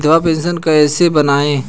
विधवा पेंशन कैसे बनवायें?